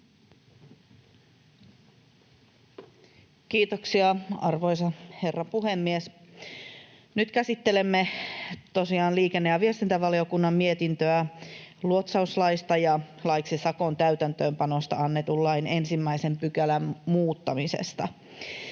Kiitoksia, arvoisa herra puhemies! Nyt käsittelemme tosiaan liikenne- ja viestintävaliokunnan mietintöä luotsauslaista ja laista sakon täytäntöönpanosta annetun lain 1 §:n muuttamisesta.